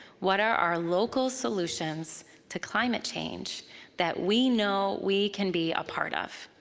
what are our local solutions to climate change that we know we can be a part of?